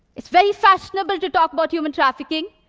it's very fashionable to talk about human trafficking,